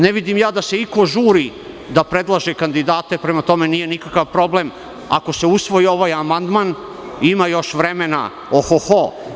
Ne vidim da iko žuri da predložim kandidate, pa prema tome, nije nikakav problem da ako se usvoji ovaj amandman ima još vremena ohoh.